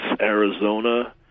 Arizona